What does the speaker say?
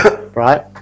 Right